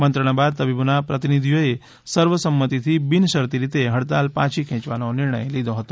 મંત્રણા બાદ તબીબોના પ્રતિનિધીઓએ સર્વસંમતીથી બિનશરતી રીતે હડતાળ પાછી ખેંચવાનો નિર્ણય લીધો હતો